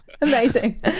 Amazing